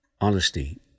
honesty